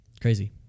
Crazy